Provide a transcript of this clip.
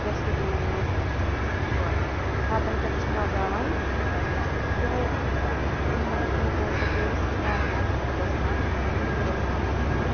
ڈسٹہٕ بیٖنَن مَنٛز اۭں ژھۄٹھ وَتَن پٮ۪ٹھ چھِنہٕ لگاوان کیٚنٛہہ یہٲے مُتٲثر گٔے أسۍ واریاہَس حَدَس تام اَمہِ پرٛوگرٛام سۭتۍ